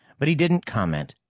but he didn't comment.